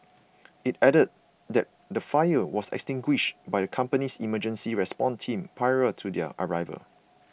it added that the fire was extinguished by the company's emergency response team prior to their arrival